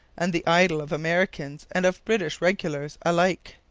and the idol of americans and of british regulars alike.